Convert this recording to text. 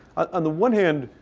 on the one hand,